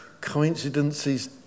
coincidences